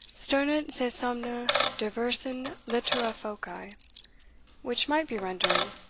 sternunt se somno diversae in littore phocae which might be rendered,